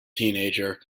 teenager